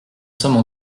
sommes